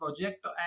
project